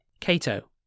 Cato